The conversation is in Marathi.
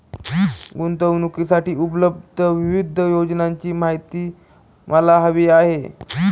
गुंतवणूकीसाठी उपलब्ध विविध योजनांची माहिती मला हवी आहे